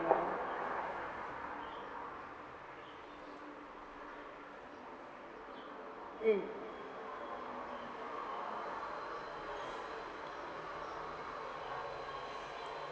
know mm